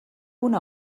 una